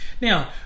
Now